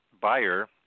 buyer